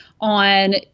on